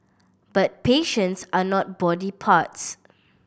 but patients are not body parts